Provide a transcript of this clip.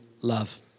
love